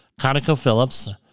ConocoPhillips